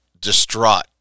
distraught